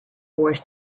wars